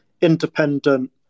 independent